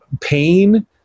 Pain